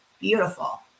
beautiful